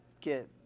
get